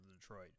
Detroit